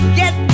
get